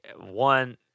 one